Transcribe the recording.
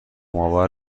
آور